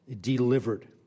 delivered